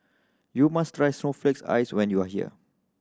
you must try snowflakes ice when you are here